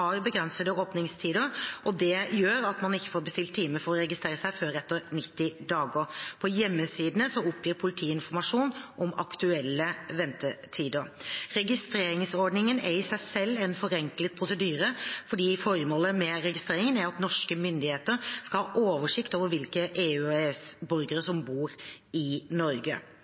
man ikke får bestilt time for å registrere seg før etter 90 dager. På hjemmesidene oppgir politiet informasjon om aktuelle ventetider. Registreringsordningen er i seg selv en forenklet prosedyre. Formålet med registreringen er at norske myndigheter skal ha oversikt over hvilke EU/EØS-borgere som bor i Norge.